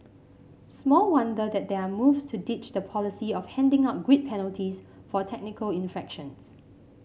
small wonder that there are moves to ditch the policy of handing out grid penalties for technical infractions